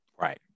Right